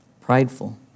prideful